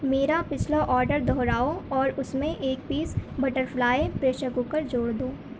میرا پچھلا آڈر دہراؤ اور اس میں ایک پیس بٹرفلائی پریشر کوکر جوڑ دو